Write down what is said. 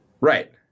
Right